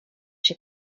się